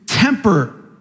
Temper